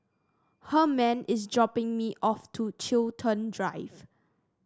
Herman is dropping me off to Chiltern Drive